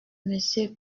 monsieur